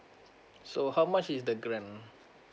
so how much is the grant